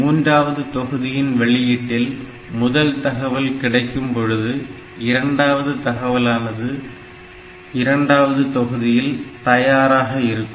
மூன்றாவது தொகுதியின் வெளியீட்டில் முதல் தகவல் கிடைக்கும் பொழுது இரண்டாவது தகவலானது இரண்டாவது தொகுதியில் தயாராக இருக்கும்